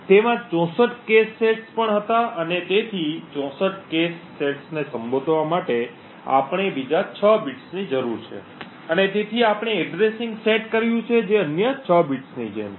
તેમાં 64 cache sets પણ હતા અને તેથી 64 કૅશ સેટ્સને સંબોધવા માટે આપણને બીજા 6 બિટ્સની જરૂર છે અને તેથી આપણે એડ્રેસિંગ સેટ કર્યું છે જે અન્ય 6 બિટ્સની જેમ છે